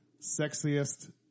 sexiest